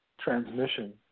transmission